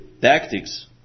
tactics